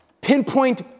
pinpoint